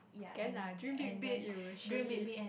can lah dream big big you will surely